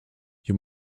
you